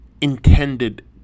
intended